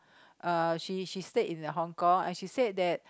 uh she she stayed in the Hong-Kong and she said that